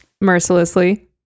mercilessly